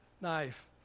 knife